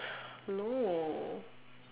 no